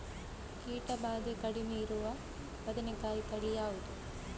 ಕೀಟ ಭಾದೆ ಕಡಿಮೆ ಇರುವ ಬದನೆಕಾಯಿ ತಳಿ ಯಾವುದು?